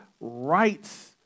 rights